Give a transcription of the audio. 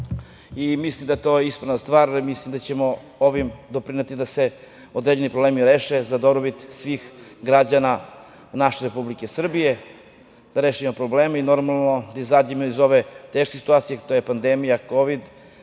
Mislim da je to ispravna stvar. Mislim da ćemo ovim doprineti da se određeni problemi reše za dobrobit svih građana naše Republike Srbije, da rešimo probleme i, normalno, da izađemo iz ove teške situacije, to je pandemija kovid,